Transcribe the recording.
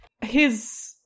his-